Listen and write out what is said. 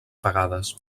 vegades